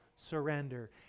surrender